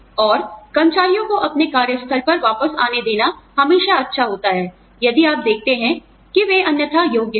और कर्मचारियों को अपने कार्य स्थल पर वापस आने देना हमेशा अच्छा होता है यदि आप देखते हैं कि वे अन्यथा योग्य हैं